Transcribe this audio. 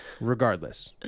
Regardless